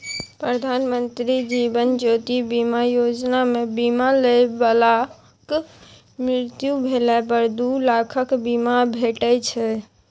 प्रधानमंत्री जीबन ज्योति बीमा योजना मे बीमा लय बलाक मृत्यु भेला पर दु लाखक बीमा भेटै छै